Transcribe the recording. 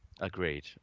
Agreed